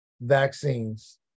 vaccines